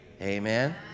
Amen